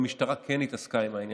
משקיע מיליוני שקלים לצורך התאמת המעבר